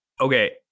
Okay